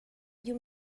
you